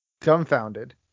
dumbfounded